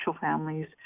families